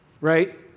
right